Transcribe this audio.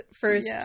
first